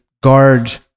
guard